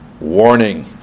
warning